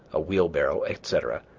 a wheelbarrow, etc,